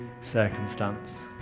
circumstance